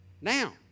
now